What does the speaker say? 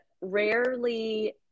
rarely